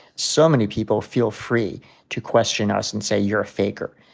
so many people feel free to question us and say, you're a faker.